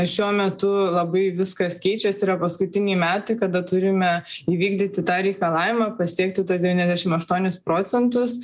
šiuo metu labai viskas keičiasi yra paskutiniai metai kada turime įvykdyti tą reikalavimą pasiekti to devyniasdešim aštuonis procentus